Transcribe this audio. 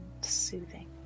soothing